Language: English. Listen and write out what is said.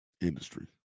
industry